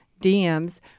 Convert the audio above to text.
DMS